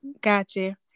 Gotcha